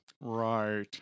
Right